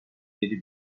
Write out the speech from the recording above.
yedi